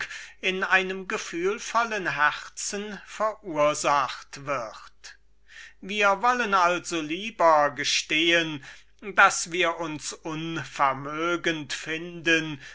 in einem gefühlvollen herzen verursacht wird wir wollen also lieber gestehen daß wir uns unvermögend finden